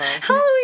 Halloween